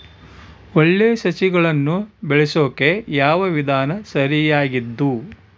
ಒಳ್ಳೆ ಸಸಿಗಳನ್ನು ಬೆಳೆಸೊಕೆ ಯಾವ ವಿಧಾನ ಸರಿಯಾಗಿದ್ದು?